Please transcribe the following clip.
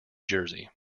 jersey